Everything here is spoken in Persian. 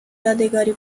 یادگاری